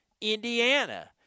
Indiana